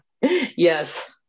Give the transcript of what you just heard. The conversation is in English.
Yes